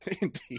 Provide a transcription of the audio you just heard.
indeed